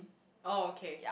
oh okay